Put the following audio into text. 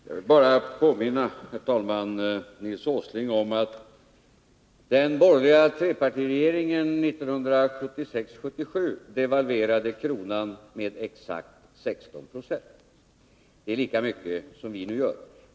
Herr talman! Jag vill bara påminna Nils Åsling om att den borgerliga trepartiregeringen 1976-1977 devalverade kronan med exakt 16 90. Det är lika mycket som vi nu devalverar.